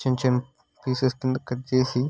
చిన్న చిన్న పీసెస్ క్రింద కట్ చేసి